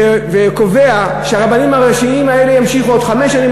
שממליץ וקובע שהרבנים הראשיים האלה ימשיכו עוד חמש שנים,